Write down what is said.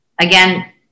Again